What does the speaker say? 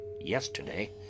yesterday